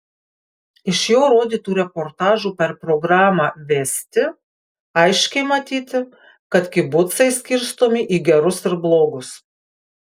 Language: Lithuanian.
iš jo rodytų reportažų per programą vesti aiškiai matyti kad kibucai skirstomi į gerus ir blogus